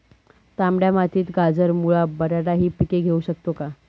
तांबड्या मातीत गाजर, मुळा, बटाटा हि पिके घेऊ शकतो का?